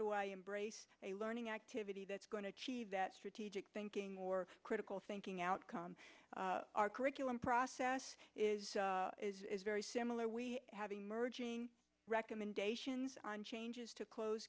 do i embrace a learning activity that's going to achieve that strategic thinking more critical thinking outcome our curriculum process is very similar we have emerging recommendations on changes to close